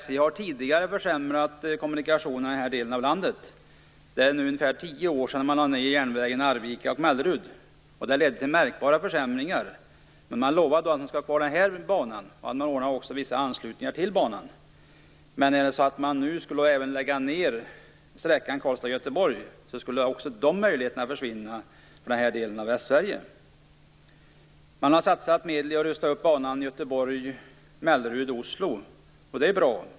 SJ har tidigare försämrat kommunikationerna i denna del av landet. Det är ungefär tio år sedan man lade ned järnvägstrafiken på sträckan Arvika-Mellerud. Det ledde till märkbara försämringar. Men man lovade då att behålla den nu aktuella banan och också ordna vissa anslutningar till banan. Om man nu skall lägga ned sträckan Karlstad-Göteborg skulle också dessa möjligheter försvinna för Västsverige. Man har satsat medel för att rusta upp banan Göteborg-Mellerud-Oslo, och det är bra.